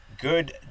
good